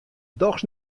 dochs